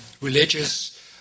religious